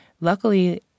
Luckily